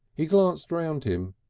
he glanced round him,